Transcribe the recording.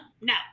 No